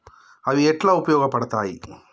అవి ఎట్లా ఉపయోగ పడతాయి?